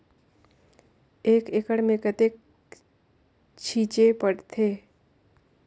एक एकड़ मे कतेक छीचे पड़थे?